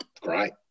great